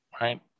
Right